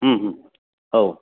उम उम औ